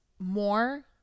more